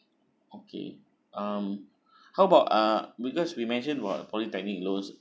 okay um how about uh because we mention about polytechnic loan